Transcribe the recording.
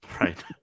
Right